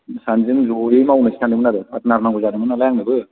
जों सानैजों जयै मावनोसै सानदोंमोन आरो पार्टनार नांगौ जादोंमोन नालाय आंनोबो